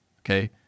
Okay